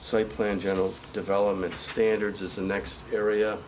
so plan general development standards is the next area